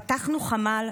פתחנו חמ"ל,